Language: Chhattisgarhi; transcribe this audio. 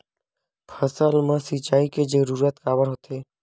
फसल मा सिंचाई के जरूरत काबर होथे?